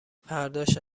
فرداش